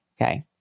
Okay